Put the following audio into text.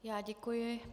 Já děkuji.